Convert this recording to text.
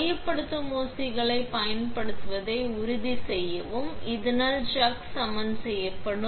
மையப்படுத்தும் ஊசிகளைப் பயன்படுத்துவதை உறுதிசெய்யவும் இதனால் சக் சமன் செய்யப்படும்